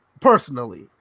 personally